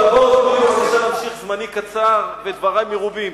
אבל תן לי להמשיך, זמני קצר ודברי מרובים.